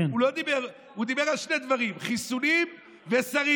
הוא דיבר על שני דברים: חיסונים ושרים.